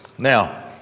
Now